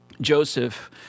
Joseph